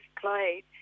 played